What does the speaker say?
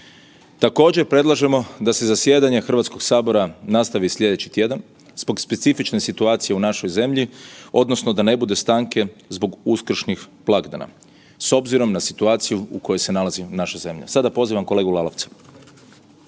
Također predlažemo da se zajedanje Hrvatskog sabora nastavi slijedeći tjedan zbog specifične situacije u našoj zemlji odnosno da ne bude stanke zbog Uskršnjih blagdana s obzirom na situaciju u kojoj se nalazi naša zemlja. Sada pozivam kolegu Lalovca.